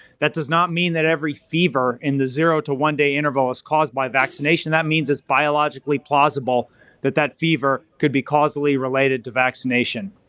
that does not mean that every fever in the zero to one day interval is caused by vaccination, that means it's biologically plausible that that fever could be causily related to vaccination.